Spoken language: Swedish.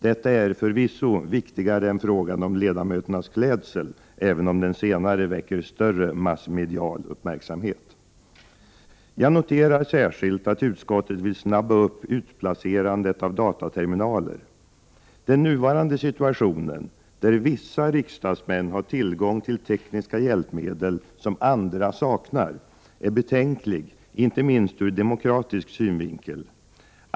Detta är förvisso viktigare än frågan om ledamöternas klädsel — även om den senare väcker större massmedial uppmärksamhet. Jag noterar särskilt att utskottet vill snabba på utplacerandet av dataterminaler. Den nuvarande situationen, där vissa riksdagsmän har tillgång till tekniska hjälpmedel som andra saknar, är betänklig inte minst ur demokratisk synvinkel.